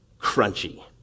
crunchy